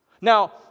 Now